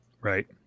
Right